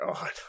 god